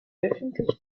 öffentlich